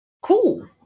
Cool